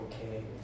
okay